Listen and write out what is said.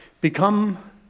Become